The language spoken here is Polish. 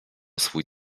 swój